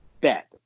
bet